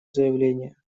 заявление